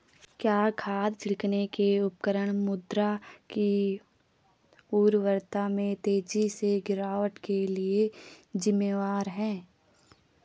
क्या खाद छिड़कने के उपकरण मृदा की उर्वरता में तेजी से गिरावट के लिए जिम्मेवार हैं?